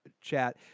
chat